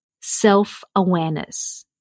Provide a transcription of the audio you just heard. self-awareness